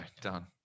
Done